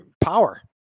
power